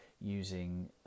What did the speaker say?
using